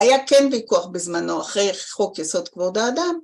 ‫היה כן ויכוח בזמנו ‫אחרי חוק יסוד כבוד האדם.